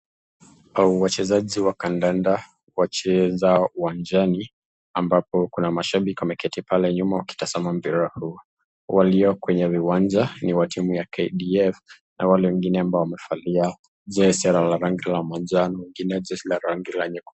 Wachezaji wa kandanda wacheza uwanjani ambapo kuna mashabiki wameketi pale nyuma wakitasama mpira huu. Walio kwenye kiwanja ni wa timu ya KDF na wale wengine waliovalia jezi la rangi ya manjano kinacho rangi la nyekundu.